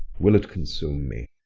will it consume me?